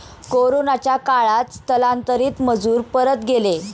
कोरोनाच्या काळात स्थलांतरित मजूर परत गेले